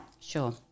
Sure